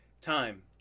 Time